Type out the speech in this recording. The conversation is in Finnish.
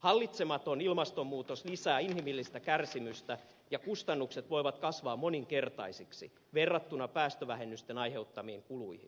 hallitsematon ilmastonmuutos lisää inhimillistä kärsimystä ja kustannukset voivat kasvaa moninkertaisiksi verrattuna päästövähennysten aiheuttamiin kuluihin